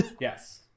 yes